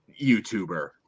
YouTuber